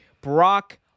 Brock